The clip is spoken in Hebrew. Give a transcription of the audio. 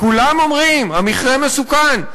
כולם אומרים שהמכרה מסוכן,